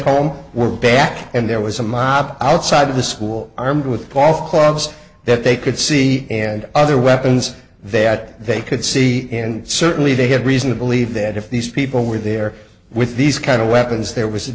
home were back and there was a mob outside of the school armed with paul clogs that they could see and other weapons that they could see and certainly they had reason to believe that if these people were there with these kind of weapons there was a